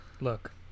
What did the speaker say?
Look